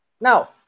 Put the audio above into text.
now